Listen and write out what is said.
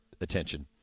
attention